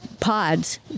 Pods